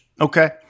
Okay